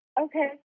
Okay